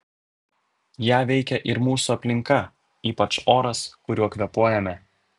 ją veikia ir mūsų aplinka ypač oras kuriuo kvėpuojame